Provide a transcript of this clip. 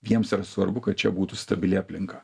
jiems svarbu kad čia būtų stabili aplinka